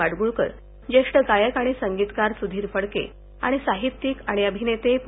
माडगूळकर ज्येष्ठ गायक आणि संगीतकार सुधीर फडके आणि साहित्यिक आणि अभिनेते पू